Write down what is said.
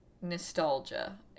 Nostalgia